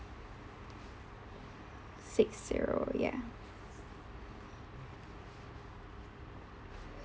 six zero ya